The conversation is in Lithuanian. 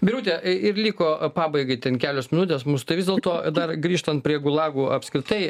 birute ir liko pabaigai ten kelios minutės mums tai vis dėlto dar grįžtant prie gulagų apskritai